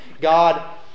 God